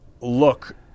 look